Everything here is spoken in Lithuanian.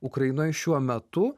ukrainoj šiuo metu